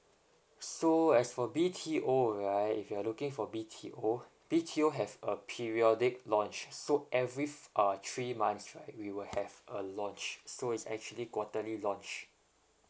so as for B_T_O right if you're looking for B_T_O B_T_O have a periodic launch so every uh three months right we will have a launch so it's actually quarterly launch